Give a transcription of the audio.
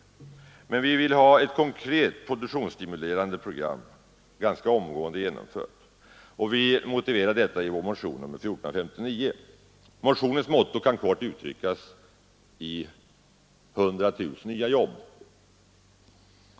Men vi vill ha ett konkret produktionsstimulerande program ganska omgående genomfört. Vi motiverar detta i vår motion 1459. Motionens motto kan kort uttryckas i ”100 000 nya jobb”.